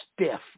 stiff